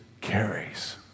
carries